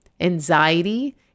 anxiety